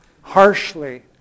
harshly